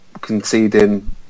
conceding